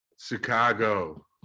Chicago